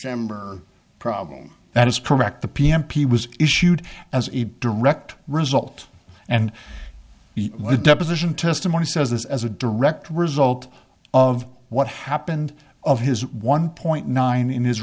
ember problem that is correct the pm p was issued as a direct result and the deposition testimony says this as a direct result of what happened of his one point nine in his